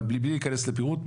אבל בלי להיכנס פירוט,